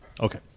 Okay